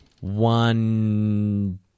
one